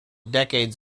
decades